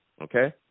okay